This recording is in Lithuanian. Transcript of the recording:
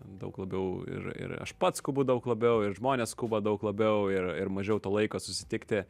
daug labiau ir ir aš pats skubu daug labiau ir žmonės skuba daug labiau ir ir mažiau to laiko susitikti